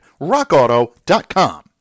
RockAuto.com